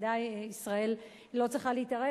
ובוודאי ישראל לא צריכה להתערב.